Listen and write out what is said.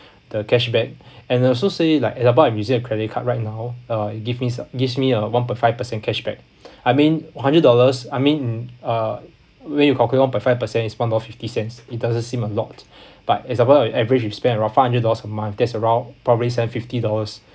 the cashback and also say like example I am using a credit card right now uh it give me some it gives me a one point five percent cashback I mean one hundred dollars I mean um uh where you calculate one point five percent is one dollar fifty cents it doesn't seem a lot but example on average you spend around five hundred dollars a month that's around probably seven fifty dollars